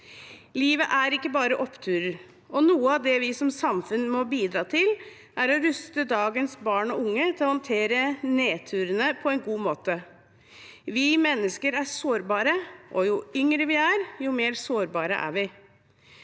Livet er ikke bare oppturer, og noe av det vi som samfunn må bidra til, er å ruste dagens barn og unge til å håndtere nedturene på en god måte. Vi mennesker er sårbare, og jo yngre vi er, jo mer sårbare er vi.